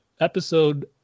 episode